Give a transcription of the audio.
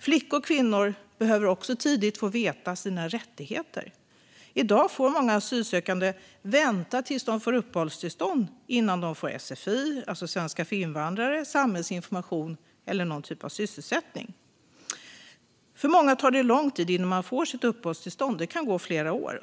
Flickor och kvinnor behöver tidigt få veta vad de har för rättigheter. I dag får många asylsökande vänta tills de får uppehållstillstånd innan de får sfi, svenska för invandrare, samhällsinformation eller någon typ av sysselsättning. För många tar det lång tid innan man får sitt uppehållstillstånd; det kan gå flera år.